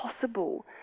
possible